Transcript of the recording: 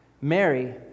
Mary